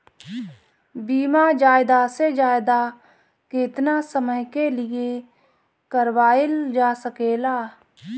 बीमा ज्यादा से ज्यादा केतना समय के लिए करवायल जा सकेला?